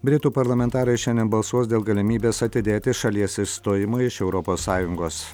britų parlamentarai šiandien balsuos dėl galimybės atidėti šalies išstojimą iš europos sąjungos